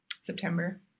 September